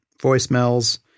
voicemails